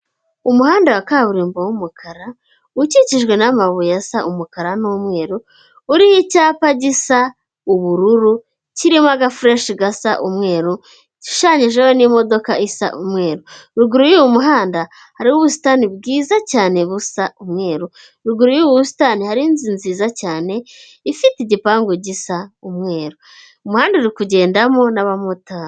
Umuhanda wa kaburimbo w'umukara ukikijwe n'amabuye asa umukara n'umweru, uriho icyapa gisa ubururu kirimo agafureshi gasa umweru, gishushanyijeho n'imodoka isa umweru, ruguru y'uyu muhanda hariho ubusitani bwiza cyane busa umweru, ruguru y'ubu busitani hariyo inzu nziza cyane ifite igipangu gisa umweru, umuhanda uri kugendamo n'abamotari.